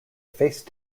face